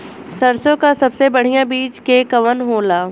सरसों क सबसे बढ़िया बिज के कवन होला?